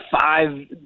five